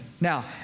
Now